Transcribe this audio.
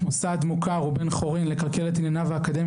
"מוסד מוכר הוא בן חורין לכלכל את ענייניו האקדמיים